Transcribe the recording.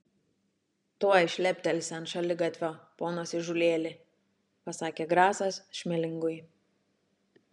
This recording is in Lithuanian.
tuoj šleptelsi ant šaligatvio ponas įžūlėli pasakė grasas šmelingui